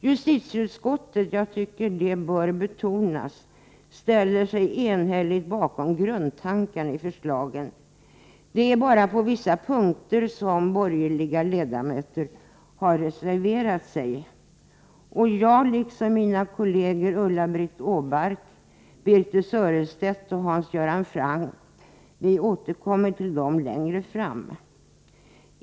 Justitieutskottet — jag tycker att det bör betonas — ställer sig enhälligt bakom grundtanken i förslagen. Det är endast på vissa punkter som borgerliga ledamöter har reserverat sig. Jag, liksom mina kollegor Ulla-Britt Åbark, Birthe Sörestedt och Hans Göran Franck, återkommer till de punkterna längre fram.